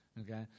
okay